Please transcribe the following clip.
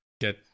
get